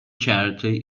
charity